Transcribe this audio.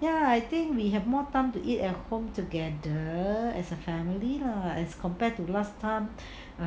ya I think we have more time to eat at home together as a family lah as compared to last time